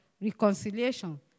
reconciliation